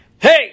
Hey